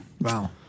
wow